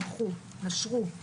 נשרו,